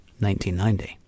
1990